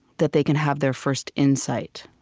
that they can have their first insight.